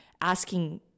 asking